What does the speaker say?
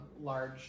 large